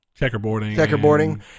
Checkerboarding